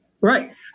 Right